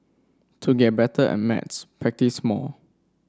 to get better at maths practise more